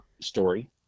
story